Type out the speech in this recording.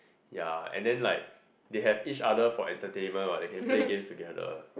ya and then like they have each other for entertainment what they can play games together